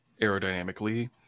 aerodynamically